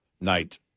night